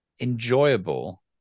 enjoyable